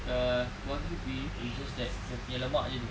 uh wagyu beef is just that dia punya lemak jer